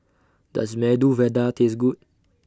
Does Medu Vada Taste Good